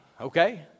Okay